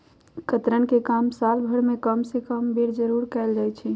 कतरन के काम साल भर में कम से कम एक बेर जरूर कयल जाई छै